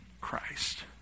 Christ